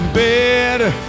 better